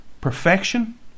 Perfection